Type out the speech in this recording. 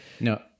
No